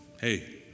hey